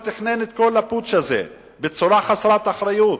הוא תכנן את כל הפוטש הזה בצורה חסרת אחריות.